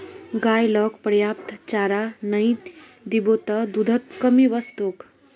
गाय लाक पर्याप्त चारा नइ दीबो त दूधत कमी वस तोक